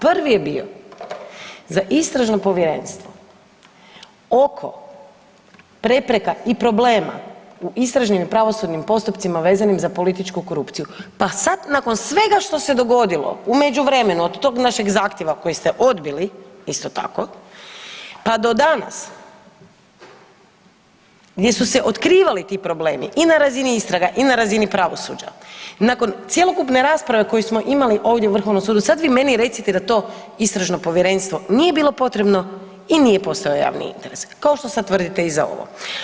Prvi je bio za istražno povjerenstvo oko prepreka i problema u istražnim i pravosudnim postupcima vezanim za političku korupciju, pa sad nakon svega što se dogodilo u međuvremenu od tog našeg zahtjeva koji ste odbili isto tako pa do danas, gdje su se otkrivali ti problemi i na razini istraga i na razini pravosuđa, nakon cjelokupne rasprave koji smo imali ovdje o Vrhovnom sudu sad mi meni recite da to istražno povjerenstvo nije bilo potrebno i nije postojao javni interes, kao što sad tvrdite i za ovo.